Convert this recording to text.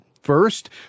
First